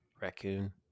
Raccoon